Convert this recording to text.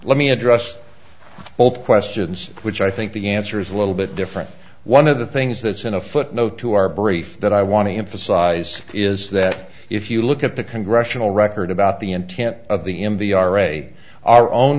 let me address both questions which i think the answer is a little bit different one of the things that's in a footnote to our brief that i want to emphasize is that if you look at the congressional record about the intent of the in the ira our own